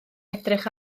edrych